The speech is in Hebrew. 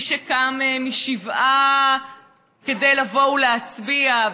מי שקם משבעה כדי לבוא ולהצביע,